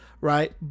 right